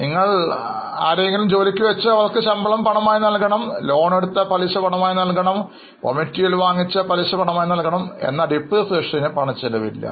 നിങ്ങൾ ആരെയെങ്കിലും ജോലിക്ക് വെച്ചാൽ അവർക്ക് ശമ്പളം പണമായി നൽകണം നിങ്ങൾ ലോൺ എടുത്താൽ പലിശ പണമായി നൽകണം നിങ്ങൾ അസംസ്കൃതവസ്തുക്കൾ വാങ്ങിയാൽ അതിൻറെ തുക പണമായി നൽകണം ഇതിനെല്ലാം പണച്ചെലവ് ഉണ്ടാകും എന്നാൽ Depreciation ന് പണച്ചെലവ് ഇല്ല